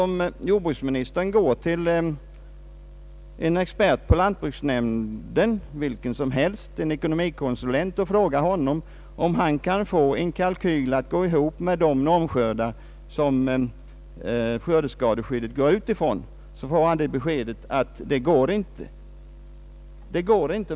Om jordbruksministern går till en expert på lantbruksnämnden, en ekonomikonsulent, och frågar honom om han kan få en driftkalkyl att gå ihop med de normskördar som skördeskadeskyddet utgår ifrån, får han sannolikt det beskedet att det inte går.